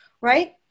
right